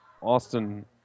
Austin